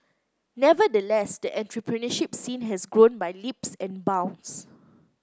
nevertheless the entrepreneurship scene has grown by leaps and bounds